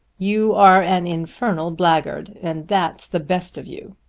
you are an infernal blackguard and that's the best of you.